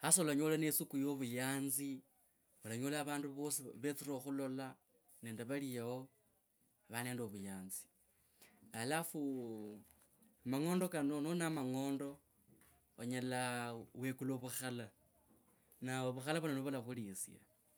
sasa olanyola ne suku yo vuyanzi, vandu vosi vetsire khukhulola nende vali yao va nende vuyanzi. Alafu mang’ondo kano noli na mang’ondo onyola wikula vukhala nawe vukhala vuno niuwo uwalakhulisia.